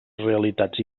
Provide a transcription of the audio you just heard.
realitats